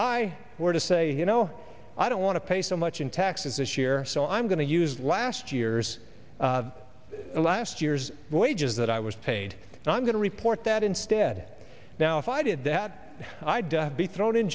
i were to say you know i don't want to pay so much in taxes this year so i'm going to use last year's last year's wages that i was paid and i'm going to report that instead now if i did that i'd be thrown in